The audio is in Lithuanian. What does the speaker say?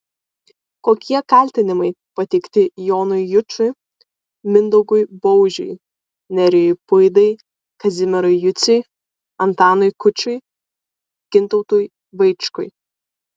kokie kaltinimai pateikti jonui jučui mindaugui baužiui nerijui puidai kazimierui juciui antanui kučui gintautui vaičkui